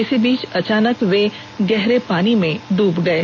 इसी बीच अचानक वे गहरे पानी में डूब गये